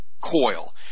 coil